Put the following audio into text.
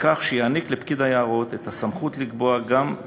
בכך שיעניק לפקיד היערות גם את הסמכות לקבוע פטורים